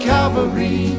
Calvary